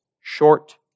short